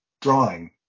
drawing